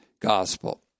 gospel